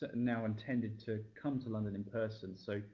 ah now intended to come to london in person. so